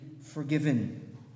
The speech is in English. forgiven